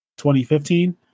2015